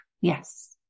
Yes